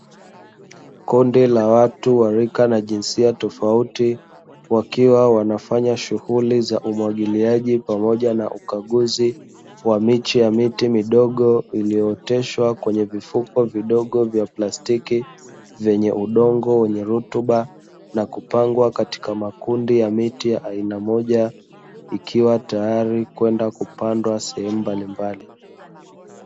Kundi la watu wa rika na jinsia tofauti, wakiwa wanafanya shughuli za umwagiliaji pamoja na ukaguzi wa miche ya miti midogo ilioteshwa kwenye vifuko vidogo vya plastiki vyenye udongo wenye rutuba, na kupangwa katika makundi ya miti ya aina moja ikiwa tayari kwenda kupandwa sehemu mbalimbali.